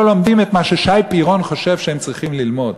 לומדים את מה ששי פירון חושב שהם צריכים ללמוד,